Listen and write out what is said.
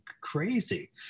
crazy